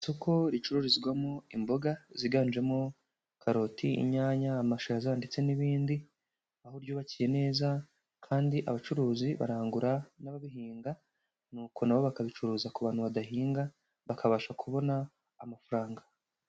Isoko ricururizwamo imboga ziganjemo karoti, inyanya, amashaza ndetse n'ibindi, aho ryubakiye neza kandi abacuruzi barangura n'ababihinga, nuko na bo bakabicuruza ku bantu badahinga, bakabasha kubona amafaranga.